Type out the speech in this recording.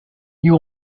you